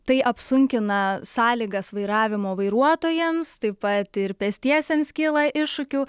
tai apsunkina sąlygas vairavimo vairuotojams taip pat ir pėstiesiems kyla iššūkių